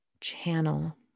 channel